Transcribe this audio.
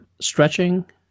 stretching